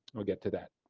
we'll get to that.